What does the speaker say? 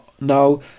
Now